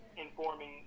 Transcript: informing